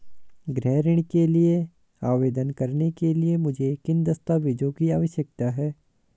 गृह ऋण के लिए आवेदन करने के लिए मुझे किन दस्तावेज़ों की आवश्यकता है?